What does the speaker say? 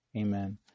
Amen